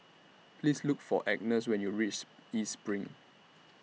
Please Look For Agnes when YOU REACH East SPRING